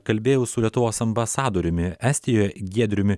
kalbėjau su lietuvos ambasadoriumi estijoj giedriumi